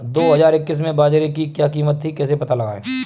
दो हज़ार इक्कीस में बाजरे की क्या कीमत थी कैसे पता लगाएँ?